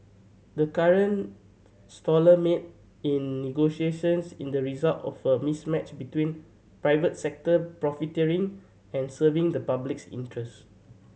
the current stall mate in negotiations is the result of a mismatch between private sector profiteering and serving the public's interests